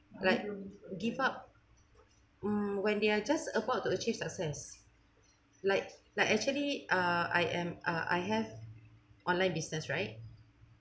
like give up mm when they are just about to achieve success like like actually uh I am uh I have online business right